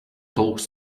talks